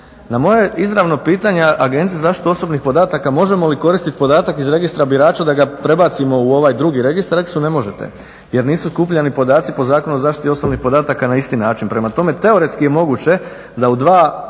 Na moje izravno pitanje Agenciji za zaštitu osobnih podataka možemo li koristiti podatak iz registra birača da ga prebacimo u ovaj drugi registar, rekli su "ne možete" jer nisu skupljani podaci po Zakonu o zaštiti osobnih podataka na isti način, prema tome, teoretski je moguće da u 2 registra